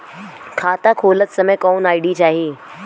खाता खोलत समय कौन आई.डी चाही?